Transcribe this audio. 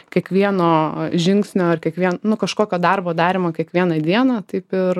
kiekvieno žingsnio ar kiekvien nu kažkokio darbo darymo kiekvieną dieną taip ir